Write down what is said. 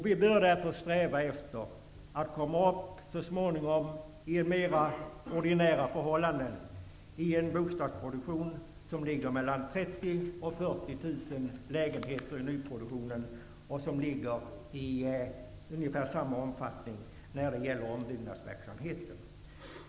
Vi bör därför sträva efter att så småningom komma upp till mera ordinära förhållanden, en bostadsproduktion som omfattar mellan 30 000 och 40 000 lägenheter i nyproduktionen och ungefär lika mycket inom ombyggnadsverksamheten.